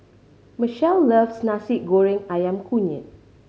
Michele loves Nasi Goreng Ayam Kunyit